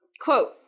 Quote